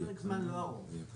צריך זמן לא ארוך.